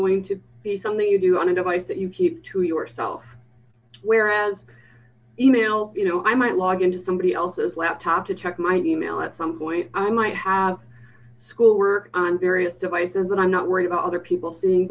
going to be something you do on a device that you keep to yourself whereas email you know i might log into somebody else's laptop to check my e mail at some point i might have schoolwork on various devices and i'm not worried about other people seeing